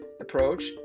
approach